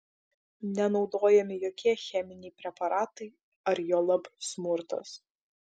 nenaudojami jokie cheminiai preparatai ar juolab smurtas